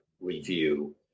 Review